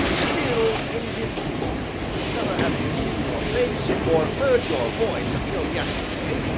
still, in this instance, never having seen your face, or heard your voice until yesterday,